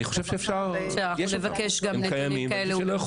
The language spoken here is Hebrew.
אני חושב שיש אותם והם קיימים ושלא יכול